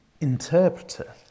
interpreter